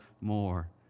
more